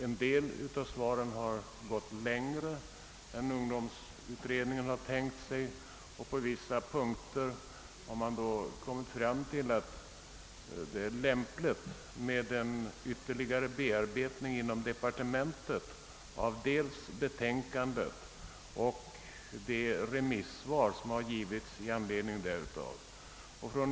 En del av dessa har emellertid gått längre än ungdomsutredningen har tänkt sig, och på vissa punkter har man därför funnit det lämpligt med en ytterligare bearbetning inom departementet av dels betänkandet, dels de remissvar som avgivits i anledning därav.